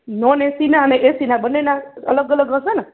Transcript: non એસીના અને એસીના બંને અલગ અલગ હસે ને